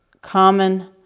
common